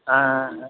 ஆ ஆ